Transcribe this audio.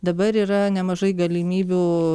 dabar yra nemažai galimybių